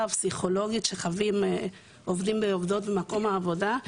פסיכולוגית שחווים עובדים ועובדות במקום העבודה.